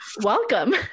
welcome